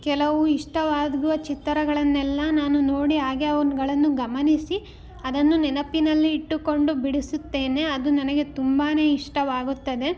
ಕೆಲವು ಇಷ್ಟವಾಗುವ ಚಿತ್ರಗಳನ್ನೆಲ್ಲ ನಾನು ನೋಡಿ ಹಾಗೆ ಅವುಗಳನ್ನು ಗಮನಿಸಿ ಅದನ್ನು ನೆನಪಿನಲ್ಲಿ ಇಟ್ಟುಕೊಂಡು ಬಿಡಿಸುತ್ತೇನೆ ಅದು ನನಗೆ ತುಂಬಾ ಇಷ್ಟವಾಗುತ್ತದೆ